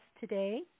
today